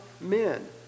men